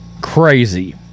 crazy